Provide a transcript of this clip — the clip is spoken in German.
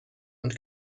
und